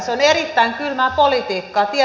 se on erittäin kylmää politiikkaa